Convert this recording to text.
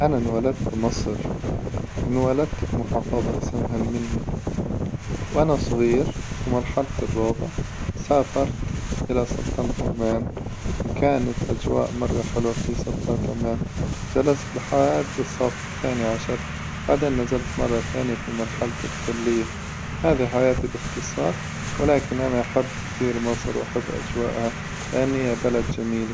أنا انولدت بمصر وانولدت في محافظة اسمها المينيا، وأنا صغير في مرحلة الروظة سافرت إلى سلطانة عمان، وكانت أجواء مرة حلوة في سلطان عمان جلست لحد الصف الثاني عشر بعدين نزلت مرة ثانية في مرحلة الكلية، هذي حياتي باختصار، ولكن أنا أحب كثير مصر وأحب أجوائها لأن هي بلد جميلة.